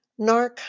NARC